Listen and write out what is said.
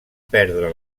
perdre